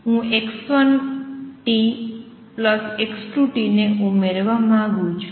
હું x1 x2 ને ઉમેરવા માંગું છું